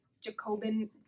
jacobin